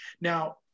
now